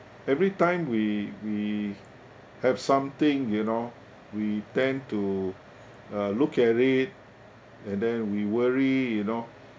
every time we we have something you know we tend to uh look at it and then we worry you know